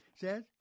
Says